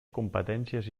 competències